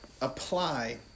apply